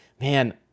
man